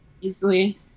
easily